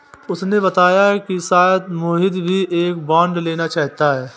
उसने बताया कि शायद मोहित भी एक बॉन्ड लेना चाहता है